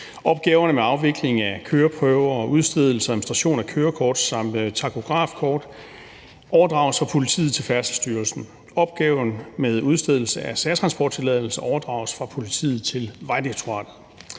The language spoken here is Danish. Opgaverne med afvikling af køreprøver og udstedelse og administration af kørekort samt takografkort overdrages fra politiet til Færdselsstyrelsen. Opgaven med udstedelse af særtransporttilladelse overdrages fra politiet til Vejdirektoratet.